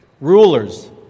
Rulers